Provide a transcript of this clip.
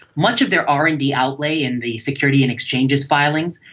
much of their r and d outlay in the security and exchanges filings,